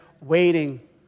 waiting